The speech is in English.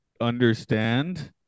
understand